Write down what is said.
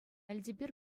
элтепер